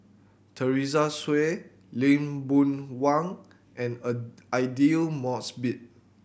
Teresa Hsu Lee Boon Wang and a Aidli Mosbit